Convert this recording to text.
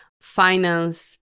finance